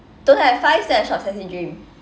don't have far east don't have shop sassy dream